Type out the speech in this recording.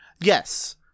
Yes